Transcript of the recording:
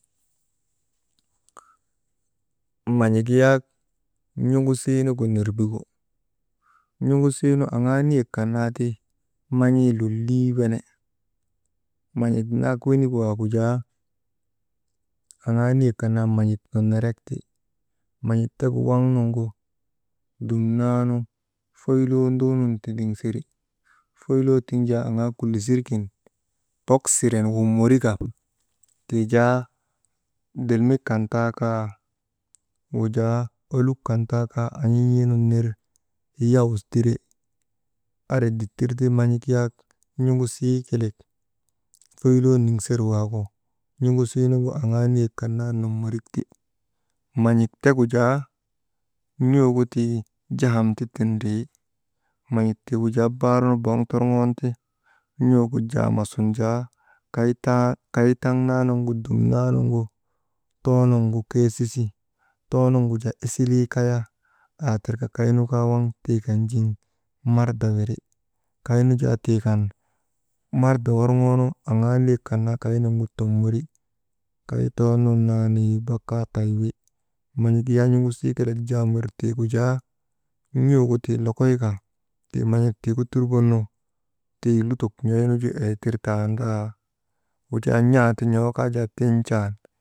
Man̰ik yaak n̰uŋusiinugu nirbigu, n̰uŋusiinu aŋaa niyek kan naa ti man̰ii lollii wene. Man̰ik nak wenik waagu jaa aŋaa niyek kan naa man̰ik nonnorek ti, man̰ik tegu waŋ nuŋgu dumnaanu foyloo nduunun tindiŋseri, foyloo tiŋ jaa aŋaa kullisirkin pok siren wonmorika tii jaa dillnik kan taa ka, wujaa oluk kan taa kaa an̰in̰ii nun ner yaw tiri. Andri ditir ti man̰ik yaak n̰uŋusii kelek foyloo niŋser waagu n̰uŋusiinugu aŋaa niyek kan naa nommorik ti. Man̰ik tegu jaa, n̰uugu tii jaham ti tindrii man̰ik tiigu jaa baar nu boŋ torŋooni ti n̰ugu jahama sun jaa kay taa kay taŋ naanuŋu dumnaanuŋgu too nuŋgu keesisi, too nuŋgu jaa isilii kaya aa tir ka kaynu kaa waŋ tii kan jiŋ marda wiri, kaynu jaa tiikan marda worŋoonu jaa aŋaa niyek kan naa kaynuŋu tommori, kay too nun naa neyi bakkaa taywi. Man̰ik yaak n̰unŋusii kelek jaham wir tiigu jaa n̰ugu tii lokoyka ti man̰ik tiigu turbonnu tii lutok n̰oynuju eey tirtandaa, wujaa n̰aa ti n̰oo kaa jaa tin̰taan